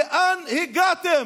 לאן הגעתם?